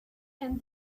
and